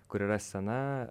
kur yra scena